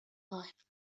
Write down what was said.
life